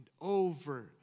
over